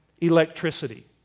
electricity